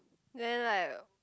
then like